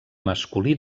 masculí